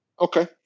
Okay